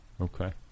Okay